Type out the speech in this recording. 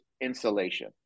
insulation